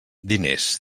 diners